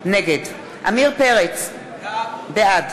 נגד עמיר פרץ, בעד